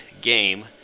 game